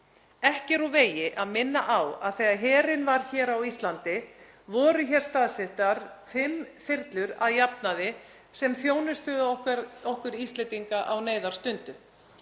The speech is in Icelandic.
Ekki er úr vegi að minna á að þegar herinn var á Íslandi voru hér staðsettar fimm þyrlur að jafnaði sem þjónustuðu okkur Íslendinga á neyðarstundu.